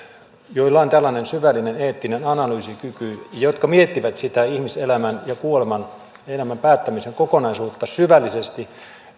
joilla on tällainen syvällinen eettinen analyysikyky jotka miettivät sitä ihmiselämän ja kuoleman ja elämän päättämisen kokonaisuutta syvällisesti